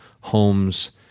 homes